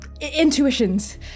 intuitions